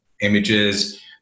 images